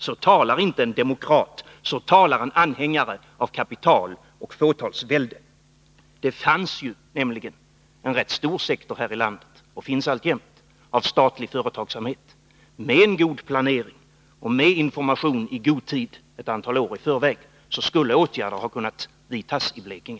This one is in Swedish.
Så talar inte en demokrat, så talar en anhängare av kapitaloch fåtalsvälde. Det fanns nämligen en rätt stor sektor här i landet och finns alltjämt av statlig företagsamhet. Med en god planering och med information i god tid — ett antal år i förväg — skulle åtgärder ha kunnat vidtas i Blekinge.